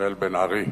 מיכאל בן-ארי,